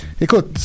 Écoute